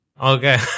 Okay